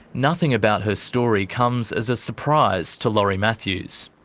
nothing about her story comes as a surprise to laurie matthews.